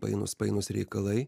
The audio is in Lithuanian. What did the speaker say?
painūs painūs reikalai